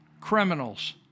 criminals